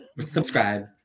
Subscribe